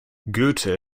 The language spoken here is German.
goethe